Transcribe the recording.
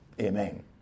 Amen